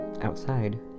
Outside